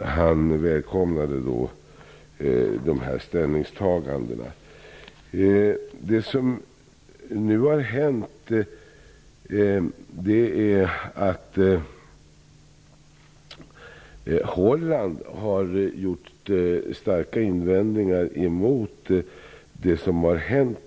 Han välkomnade då dessa ställningstaganden. Det som nu har hänt är att Nederländerna har gjort starka invändningar emot det som har